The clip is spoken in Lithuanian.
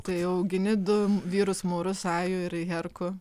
tai augini du vyrus mūrus sajų ir herkų